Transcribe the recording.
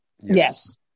Yes